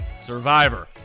Survivor